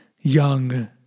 young